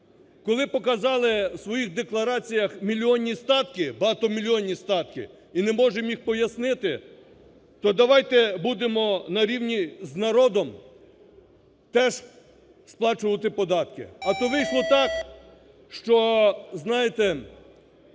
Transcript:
Коли показали в своїх деклараціях мільйонні статки, багатомільйонні статки, і не можемо їх пояснити, то давайте будемо нарівні з народом теж сплачувати податки. А то вийшло так, що, знаєте,